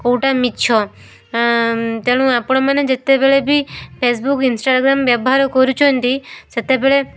କେଉଁଟା ମିଛ ତେଣୁ ଆପଣମାନେ ଯେତେବେଳେ ବି ଫେସବୁକ୍ ଇନଷ୍ଟାଗ୍ରାମ୍ ବ୍ୟବହାର କରୁଛନ୍ତି ସେତେବେଳେ